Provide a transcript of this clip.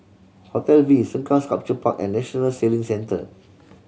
Hotel V Sengkang Sculpture Park and National Sailing Centre